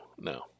no